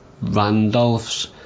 Randolph's